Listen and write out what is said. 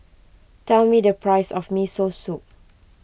tell me the price of Miso Soup